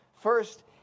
First